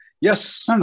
Yes